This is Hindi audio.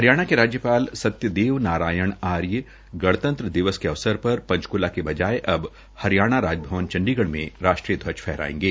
हरियाणा के राज्यपाल सत्यदेव नारायण आर्य गणतंत्र दिवस के अवसर पर पंचकूला के बजाए अब हरियाणा राजभवन चंडीगढ़ में राष्ट्रीय ध्वज फहराएंगे